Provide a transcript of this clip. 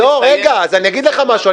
לא, רגע, אז אני אגיד לך משהו.